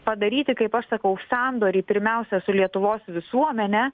padaryti kaip aš sakau sandorį pirmiausia su lietuvos visuomene